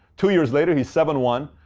two years later he's seven one.